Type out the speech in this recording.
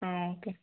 okay